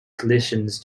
collisions